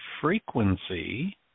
frequency